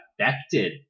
Affected